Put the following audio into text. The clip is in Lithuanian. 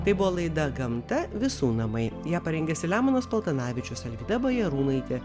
tai buvo laida gamta visų namai ją parengė selemonas paltanavičius alvyda bajarūnaitė